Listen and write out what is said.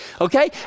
okay